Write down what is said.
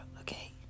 okay